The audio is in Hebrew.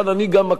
אני גם מקשיב.